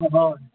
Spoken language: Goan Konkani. हय